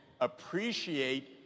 appreciate